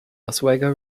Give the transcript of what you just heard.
oswego